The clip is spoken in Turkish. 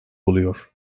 buluyor